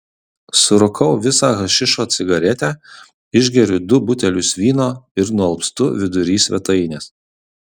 surūkau visą hašišo cigaretę išgeriu du butelius vyno ir nualpstu vidury svetainės